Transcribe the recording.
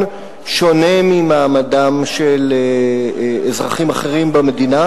שונה ממעמדם של אזרחים אחרים במדינה,